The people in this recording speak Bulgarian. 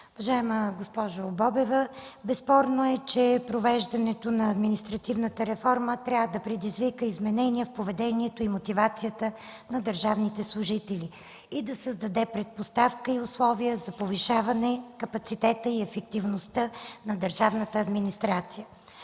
Уважаема госпожо Бобева, безспорно е, че провеждането на административната реформа трябва да предизвика изменения в поведението и мотивацията на държавните служители и да създаде предпоставки и условия за повишаване капацитета и ефективността на държавната администрация.